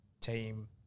team